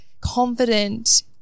confident